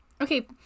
Okay